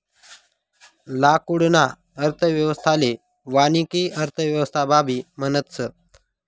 लाकूडना अर्थव्यवस्थाले वानिकी अर्थव्यवस्थाबी म्हणतस